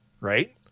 right